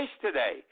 today